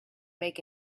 make